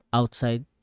outside